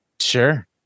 sure